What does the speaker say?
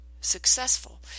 successful